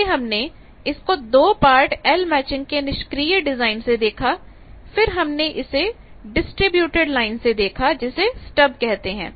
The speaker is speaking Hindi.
पहले हमने इसको 2 पार्ट L मैचिंग के निष्क्रिय डिजाइन से देखा फिर हमने इसे डिस्ट्रीब्यूटड लाइन से देखा जिसे स्टब कहते हैं